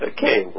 Okay